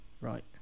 right